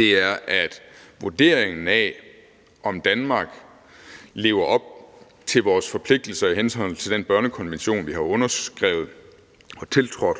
er, at vurderingen af, om Danmark lever op til vores forpligtelser i henhold til den børnekonvention, vi har underskrevet og tiltrådt,